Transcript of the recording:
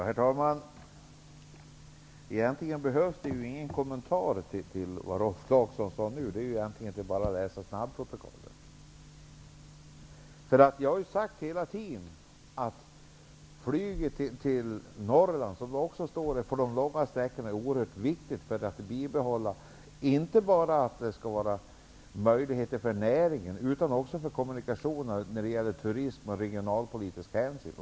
Herr talman! Det behövs egentligen ingen kommentar till det som Rolf Clarkson sade. Det är bara att läsa snabbprotokollet. Jag har hela tiden sagt att flyget i Norrland, där det är fråga om långa sträckor, är oerhört viktigt för att bibehålla kommunikationerna, inte bara för näringslivet utan även för turismen och när det gäller regionalpolitiska hänsyn.